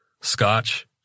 scotch